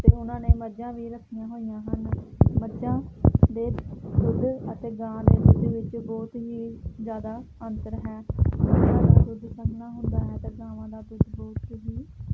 ਅਤੇ ਉਹਨਾਂ ਨੇ ਮੱਝਾਂ ਵੀ ਰੱਖੀਆਂ ਹੋਈਆਂ ਹਨ ਮੱਝਾ ਦੇ ਦੁੱਧ ਅਤੇ ਗਾਂ ਦੇ ਦੁੱਧ ਵਿੱਚ ਬਹੁਤ ਹੀ ਜ਼ਿਆਦਾ ਅੰਤਰ ਹੈ ਤਾਂ ਮੱਝਾਂ ਦਾ ਦੁੱਧ ਸੰਘਣਾ ਹੁੰਦਾ ਹੈ ਅਤੇ ਗਾਵਾਂ ਦਾ ਦੁੱਧ ਬਹੁਤ ਹੀ